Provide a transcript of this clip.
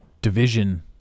division